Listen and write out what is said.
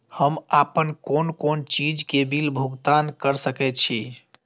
हम आपन कोन कोन चीज के बिल भुगतान कर सके छी?